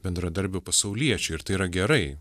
bendradarbių pasauliečių ir tai yra gerai